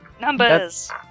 Numbers